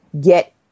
get